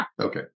Okay